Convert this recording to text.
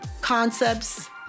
concepts